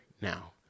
now